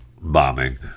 bombing